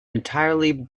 entirely